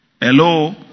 Hello